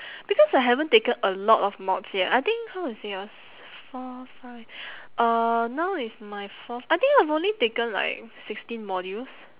because I haven't taken a lot of mods yet I think how to say ah s~ four five uh now is my fourth I think I've only taken like sixteen modules